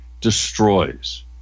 destroys